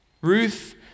Ruth